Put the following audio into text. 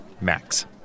Max